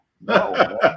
No